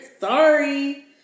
Sorry